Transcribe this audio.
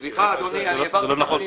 סליחה, אדוני, אני העברתי פניות בכתב.